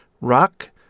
rock